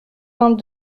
vingt